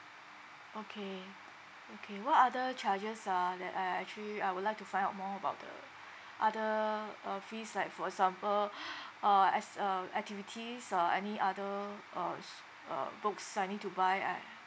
okay okay what other charges are that are are actually I would like to find out more about the other uh fees like for example uh as uh activities or any other uh s~ uh books I need to buy I